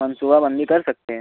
منصوبہ بندی کر سکتے ہیں